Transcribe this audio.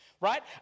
Right